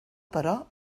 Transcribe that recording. però